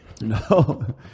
No